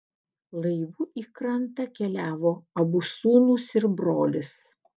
laivu į krantą keliavo abu sūnūs ir brolis